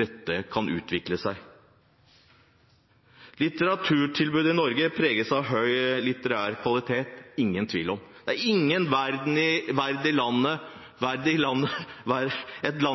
dette kan utvikle seg. Litteraturtilbudet i Norge preges av høy litterær kvalitet. Det er det ingen tvil om. Det er ingen land i verden